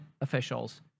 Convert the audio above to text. officials